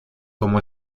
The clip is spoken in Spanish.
como